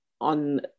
on